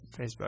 Facebook